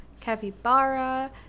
capybara